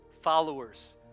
followers